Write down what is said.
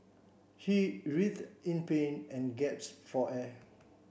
he writhed in pain and guess for air